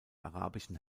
arabischen